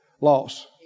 loss